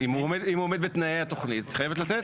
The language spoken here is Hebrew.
אם הוא עומד בתנאי התוכנית, היא חייבת לתת.